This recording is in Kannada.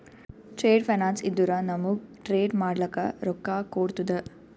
ಟ್ರೇಡ್ ಫೈನಾನ್ಸ್ ಇದ್ದುರ ನಮೂಗ್ ಟ್ರೇಡ್ ಮಾಡ್ಲಕ ರೊಕ್ಕಾ ಕೋಡ್ತುದ